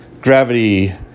gravity